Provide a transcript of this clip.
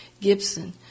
Gibson